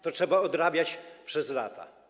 To trzeba odrabiać przez lata.